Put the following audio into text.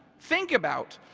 think about,